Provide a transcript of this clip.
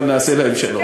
אבל נעשה להם שלום.